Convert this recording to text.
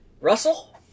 Russell